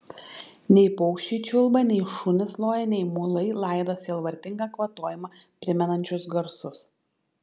nei paukščiai čiulba nei šunys loja nei mulai laido sielvartingą kvatojimą primenančius garsus